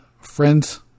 friends